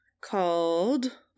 called